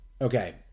Okay